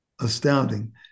astounding